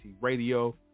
radio